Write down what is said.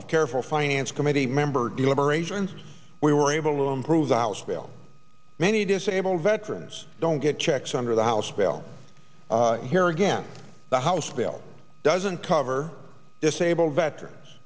of careful finance committee member deliberations we were able to improve the house bill many disabled veterans don't get checks under the house bill here again the house bill doesn't cover disabled